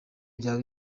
byaba